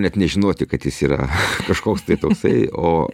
net nežinoti kad jis yra kažkoks tai toksai o